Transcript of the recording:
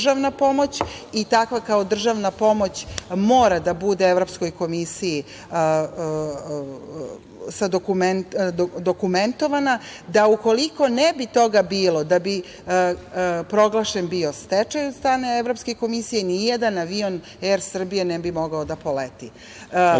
i takva, kao državna pomoć, mora da bude Evropskoj komisiji dokumentovana da ukoliko toga ne bi bilo da bi proglašen bio stečaj od strane Evropske komisije i ni jedan avion „Er Srbije“ ne bi mogao da poleti.